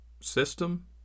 system